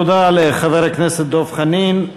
תודה לחבר הכנסת דב חנין.